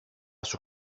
σου